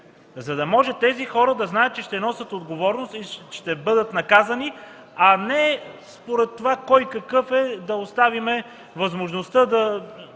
за да може тези хора да знаят, че ще носят отговорност и ще бъдат наказани, а не според това кой какъв е да оставим възможността